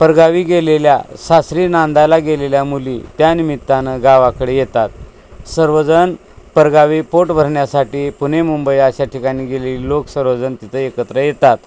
परगावी गेलेल्या सासरी नांदायला गेलेल्या मुली त्या निमित्तान गावाकडे येतात सर्वजण परगावी पोट भरण्यासाठी पुणे मुंबई अशा ठिकाणी गेलेली लोक सर्वजण तिथं एकत्र येतात